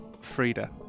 Frida